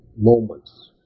moments